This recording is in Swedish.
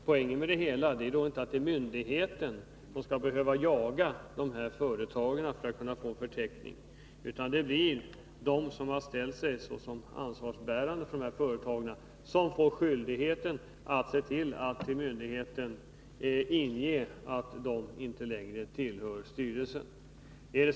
Poängen med det hela är att myndigheten inte skall behöva jaga efter dessa företag för att få in en förteckning, utan det blir de som har ställt sig som ansvariga för företagen som får skyldighet att till myndigheten meddela att de inte längre tillhör styrelsen.